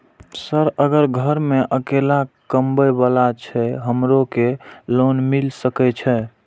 Sir अगर घर में अकेला कमबे वाला छे हमरो के लोन मिल सके छे?